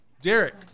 Derek